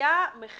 שיהיה לך